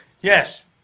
Yes